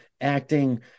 acting